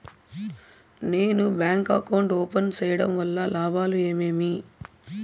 నేను bank account open సేయడం వల్ల లాభాలు ఏమేమి?